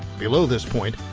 below this point,